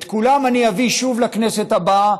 את כולם אני אביא שוב לכנסת הבאה,